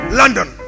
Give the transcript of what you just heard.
london